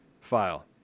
file